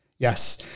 Yes